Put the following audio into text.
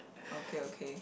okay okay